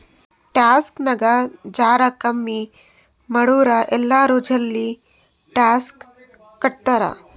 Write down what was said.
tax ನಾಗ್ ಜರಾ ಕಮ್ಮಿ ಮಾಡುರ್ ಎಲ್ಲರೂ ಜಲ್ದಿ ಟ್ಯಾಕ್ಸ್ ಕಟ್ತಾರ್